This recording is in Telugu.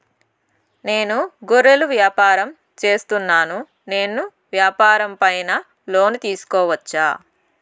నేను గొర్రెలు వ్యాపారం సేస్తున్నాను, నేను వ్యాపారం పైన లోను తీసుకోవచ్చా?